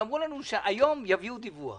הם אמרו לנו שהיום יביאו דיווח